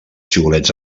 xiulets